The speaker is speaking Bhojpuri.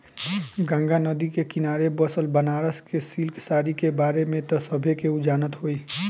गंगा नदी के किनारे बसल बनारस के सिल्क के साड़ी के बारे में त सभे केहू जानत होई